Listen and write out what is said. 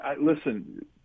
listen